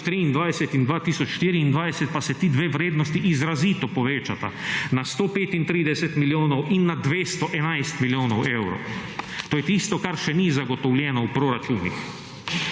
in 2024 pa se ti dve vrednosti izrazito povečata na 135 milijonov in na 211 milijonov evrov. To je tisto, kar še ni zagotovljeno v proračunih.